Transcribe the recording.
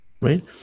Right